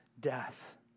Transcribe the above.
death